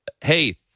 hey